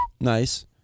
Nice